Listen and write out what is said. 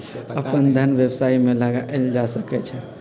अप्पन धन व्यवसाय में लगायल जा सकइ छइ